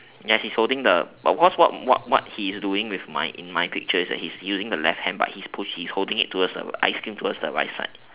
yes he is holding the of course what what he is doing with my in my picture is that he's using the left hand but he is push~ he's holding towards the ice cream towards the right side